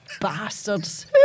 bastards